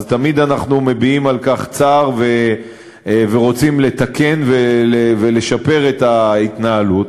אז תמיד אנחנו מביעים על כך צער ורוצים לתקן ולשפר את ההתנהלות.